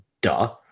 duh